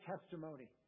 testimony